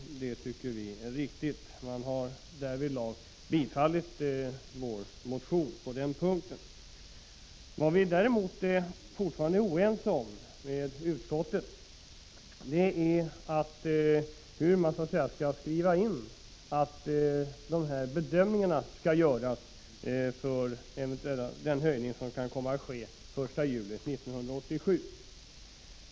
Det tycker vi är riktigt. Man har därvidlag tillstyrkt vår motion. Vad vi däremot fortfarande är oense med utskottet om är vad som skall vara bestämmande för bedömningen av om en eventuell höjning skall göras den 1 juli 1987.